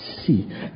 see